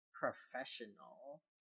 professional